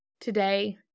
today